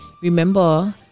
remember